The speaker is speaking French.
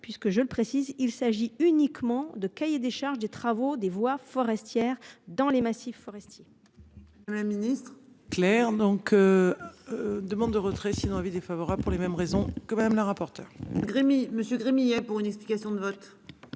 puisque je le précise, il s'agit uniquement de cahier des charges des travaux des voies forestières. Dans les massifs forestiers. Un ministre. Claire donc. Demande de retrait sinon avis défavorable pour les mêmes raisons que Madame la rapporteure Gremy monsieur Gremillet pour une explication de vote.